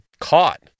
caught